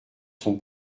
son